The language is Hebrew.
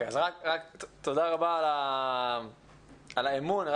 תודה רבה על האמון.